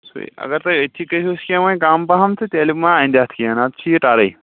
سُے اَگر تُہۍ أتھی کٔرۍ ہُس کیٚنہہ وۄنۍ کَم پَہم تہٕ تیٚلہِ مَہ اَندِ اَتھ کیٚنہہ نہ تہٕ چھُ یہِ ٹَرٕے